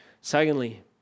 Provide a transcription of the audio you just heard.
Secondly